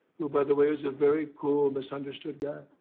who by the way, is a very cool, misunderstood guy.